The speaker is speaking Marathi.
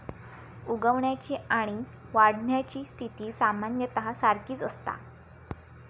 उगवण्याची आणि वाढण्याची स्थिती सामान्यतः सारखीच असता